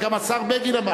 גם השר בגין אמר את זה.